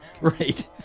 Right